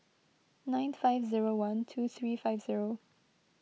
nine five zero one two three five zero